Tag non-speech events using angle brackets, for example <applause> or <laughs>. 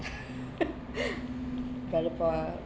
<laughs> terrible